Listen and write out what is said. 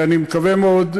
אני מקווה מאוד,